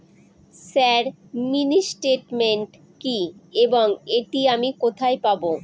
Sir mini statement কি এবং এটি আমি কোথায় পাবো?